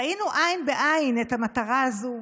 ראינו עין בעין את המטרה הזאת,